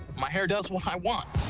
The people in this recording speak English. my hair does what i want.